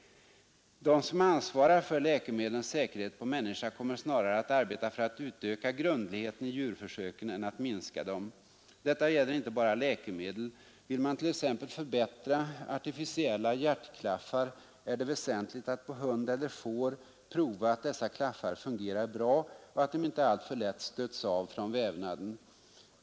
De som ansvarar för läkemedlens säkerhet på människa kommer snarare att arbeta för att utöka grundligheten i djurförsöken än att minska dem. Detta gäller inte bara läkemedel. Vill man t.ex. förbättra artificiella hjärtklaffar är det väsentligt att på hund eller får prova att dessa klaffar fungerar bra och att de inte alltför lätt stöts av från vävnaden.